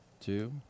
two